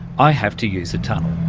i have to use a tunnel.